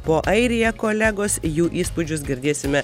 po airiją kolegos jų įspūdžius girdėsime